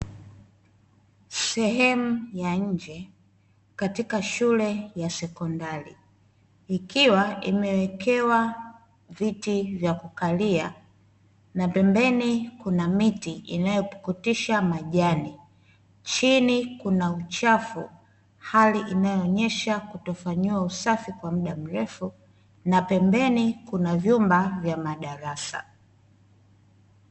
Sehemu ya nje katika shule ya sekondari ikiwa imewekewa viti vya kukalia, na pembeni kuna miti inayopukutisha majani. Chini kuna uchafu hali inayoonyesha kutokufanyiwa usafi kwa muda mrefu na pembeni kuna vyumba vya madarasa.